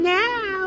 now